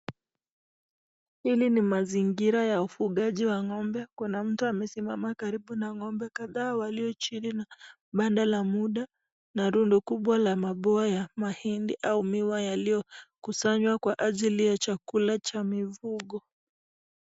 Hili ni mazingira ya ufugazi wa ng'ombe, kuna mtu amesimama karibu na ng'ombe kadhaa walio chini ya banda la bunda na rundo kubwa ya mabua ya mahindi au miwa iliyokusanya kama chakula kwa ajili ya mifugo.